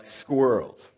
squirrels